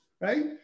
right